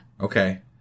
Okay